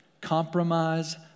compromise